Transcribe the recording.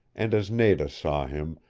and as nada saw him,